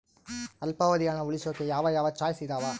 ಅಲ್ಪಾವಧಿ ಹಣ ಉಳಿಸೋಕೆ ಯಾವ ಯಾವ ಚಾಯ್ಸ್ ಇದಾವ?